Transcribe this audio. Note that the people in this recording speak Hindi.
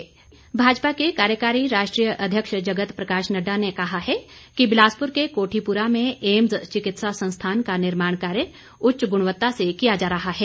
एम्स भाजपा के कार्यकारी राष्ट्रीय अध्यक्ष जगत प्रकाश नड्डा ने कहा है कि बिलासपुर के कोठीपुरा में एम्स चिकित्सा संस्थान का निर्माण कार्य उच्च गुणवत्ता से किया जा रहा है